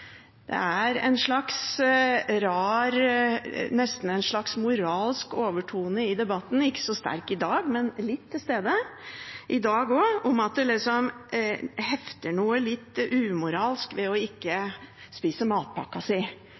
Det er en slags rar, nesten moralsk, overtone i debatten – ikke så sterk i dag, men litt til stede i dag også – om at det hefter noe litt umoralsk ved ikke å spise